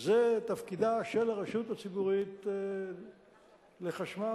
זה תפקידה של הרשות הציבורית לחשמל.